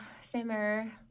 simmer